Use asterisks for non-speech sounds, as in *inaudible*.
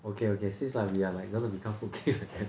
okay okay seems like we are like gonna become food king *laughs* like that